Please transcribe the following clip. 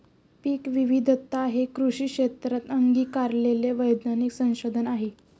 पीकविविधता हे कृषी क्षेत्रात अंगीकारलेले वैज्ञानिक संशोधन आहे